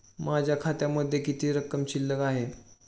माझ्या खात्यामध्ये किती रक्कम शिल्लक आहे?